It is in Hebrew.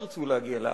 ירצו להגיע לארץ.